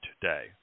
today